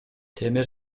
темир